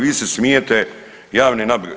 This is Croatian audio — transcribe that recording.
Vi se smijete javne nabave.